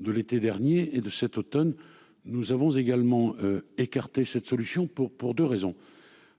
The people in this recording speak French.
De l'été dernier et de cet Automne. Nous avons également écarté cette solution pour, pour 2 raisons.